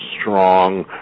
strong